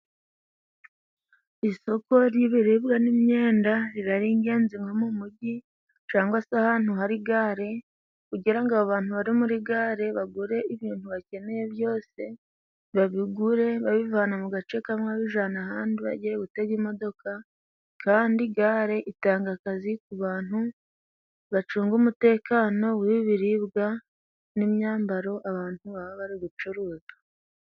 Isoko ry'ibiribwa n'imyenda riba ari ingenzi nko mu mujyi cyangwa se ahantu hari gare, kugira ngo abantu bari muri gare bagure ibintu bakeneye byose, babigure babivana mu gace kamwe babijana ahandi bagiye gutega imodoka, kandi gare itanga akazi ku bantu bacunga umutekano w'ibiribwa n'imyambaro abantu baba bari gucuruza.